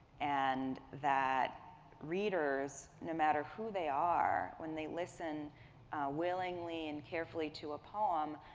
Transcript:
and that readers, no matter who they are, when they listen willingly and carefully to a poem,